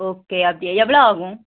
okay அப்படியா எவ்வளோ ஆகும்